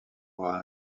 aura